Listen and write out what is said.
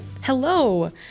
Hello